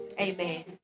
Amen